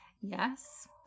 Yes